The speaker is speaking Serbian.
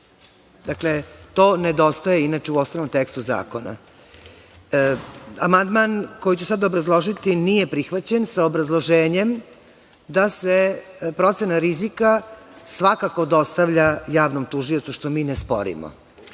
Dakle, to nedostaje inače u osnovnom tekstu zakona. Amandman koji ću sada obrazložiti nije prihvaćen sa obrazloženjem da se procena rizika svako dostavlja javnom tužiocu, što mi ne sporimo.